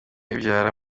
ibyara